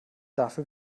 dafür